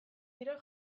dira